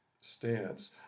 stance